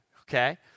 okay